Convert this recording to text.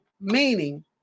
meaning